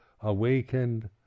awakened